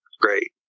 great